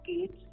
kids